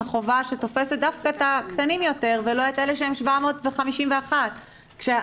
החובה שתופסת דווקא את הקטנים יותר ולא את אלה שהם 751 כאשר